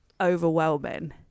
overwhelming